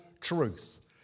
truth